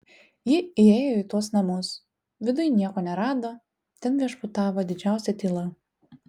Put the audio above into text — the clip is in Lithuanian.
ji įėjo į tuos namus viduj nieko nerado ten viešpatavo didžiausia tyla